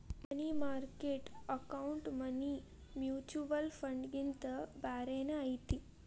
ಮನಿ market account money mutual ಫಂಡ್ಗಿಂತ ಬ್ಯಾರೇನ ಐತಿ